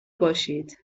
باشید